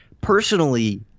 personally